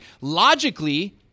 Logically